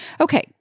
Okay